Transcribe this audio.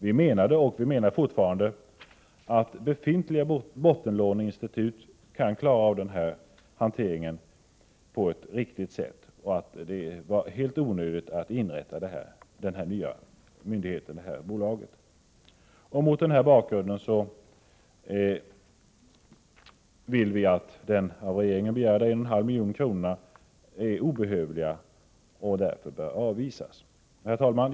Vi menade, och menar fortfarande, att befintliga bottenlåneinstitut kan klara av denna hantering på ett riktigt sätt och att det var helt onödigt att inrätta detta bolag. Mot denna bakgrund anser vi att av regeringen begära 1,5 miljoner är obehövliga och att förslaget bör avvisas. Herr talman!